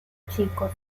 chicos